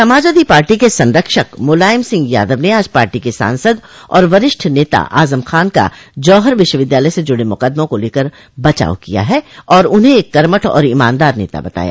समाजवादी पार्टी के संरक्षक मुलायम सिंह यादव ने आज पार्टी के सांसद और वरिष्ठ नेता आजम खान का जौहर विश्वविद्यालय से जुड़े मुकदमो को लेकर बचाव किया और उन्हें एक कर्मठ और ईमानदार नेता बताया